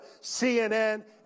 CNN